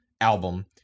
album